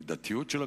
המידתיות של הכוח,